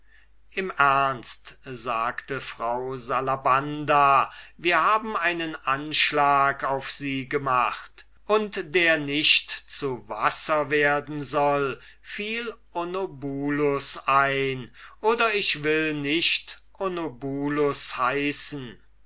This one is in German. im ernst sagte frau salabanda wir haben einen anschlag auf sie gemacht und der nicht zu wasser werden soll fiel onobulus ein oder ich will nicht onobulus heißen